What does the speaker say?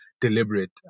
deliberate